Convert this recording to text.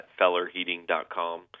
fellerheating.com